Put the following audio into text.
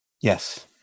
yes